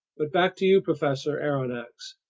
but back to you, professor aronnax,